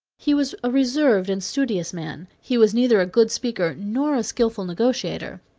he was a reserved and studious man. he was neither a good speaker nor a skillful negotiator.